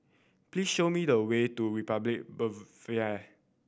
please show me the way to Republic